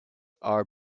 are